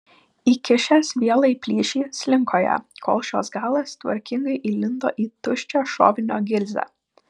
įkišęs vielą į plyšį slinko ją kol šios galas tvarkingai įlindo į tuščią šovinio gilzę